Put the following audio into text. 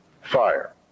Fire